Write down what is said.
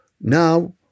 now